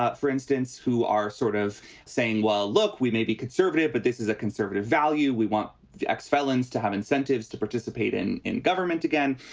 ah for instance, who are sort of saying, well, look, we may be conservative, but this is a conservative value. we want ex-felons to have incentives to participate in in government again.